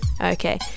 Okay